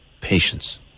patience